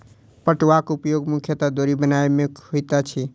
पटुआक उपयोग मुख्यतः डोरी बनयबा मे होइत अछि